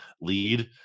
lead